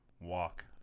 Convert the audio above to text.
walk